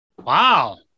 Wow